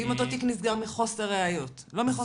ואם אותו תיק נסגר מחוסר ראיות, לא מחוסר אשמה?